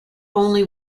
only